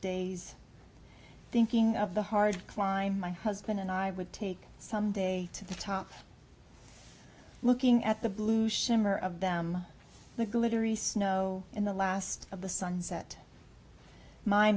days thinking of the hard climb my husband and i would take some day to the top looking at the blue shimmer of them the glittery snow in the last of the sunset my